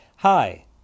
Hi